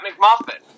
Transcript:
McMuffin